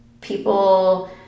people